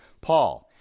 Paul